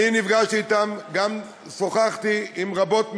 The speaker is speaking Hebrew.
אני נפגשתי אתן, גם שוחחתי עם רבות מהן,